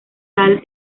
tal